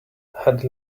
had